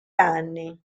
anni